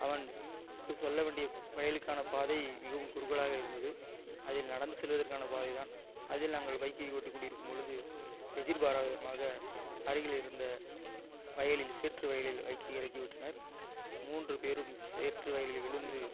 அவன்க்கு செல்ல வேண்டிய வயலுக்கான பாதை மிகவும் குறுகலாக இருந்தது அதில் நடந்து செல்வதற்கான பாதை தான் அதில் நாங்கள் பைக்கை ஓட்டிக்கொண்டுடிருக்கும் பொழுது எதிர்பாராத விதமாக அருகிலிருந்த வயலில் சேற்று வயலில் வழுக்கி இறக்கிவிட்டனர் மூன்று பேரும் சேற்று வயலில் விழுந்து